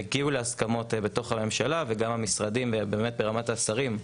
הגיעו להסכמות בתוך הממשלה וגם המשרדים באמת ברמת השרים.